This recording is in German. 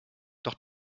doch